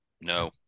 No